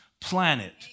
planet